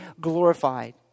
glorified